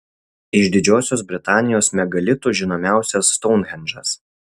iš didžiosios britanijos megalitų žinomiausias stounhendžas